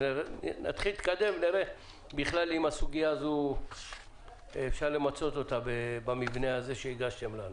נתחיל להתקדם ונראה אם אפשר למצות את הסוגיה הזאת במבנה הזה שהגשתם לנו.